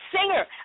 singer